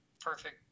perfect